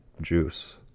juice